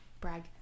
Brag